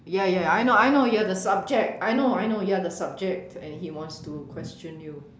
ya ya I know I know you're the subject I know I know you're the subject and he wants to question you